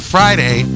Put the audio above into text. Friday